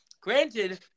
Granted